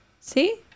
See